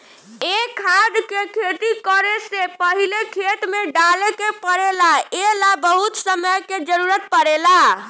ए खाद के खेती करे से पहिले खेत में डाले के पड़ेला ए ला बहुत समय के जरूरत पड़ेला